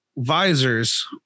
Visors